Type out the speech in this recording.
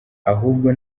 ahubwo